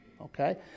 Okay